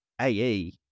AE